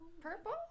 Purple